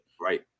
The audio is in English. right